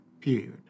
period